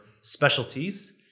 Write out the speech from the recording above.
specialties